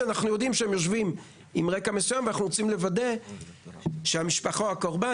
שעצורים על רקע מסוים ואנחנו רוצים לוודא שהמשפחה או הקורבן,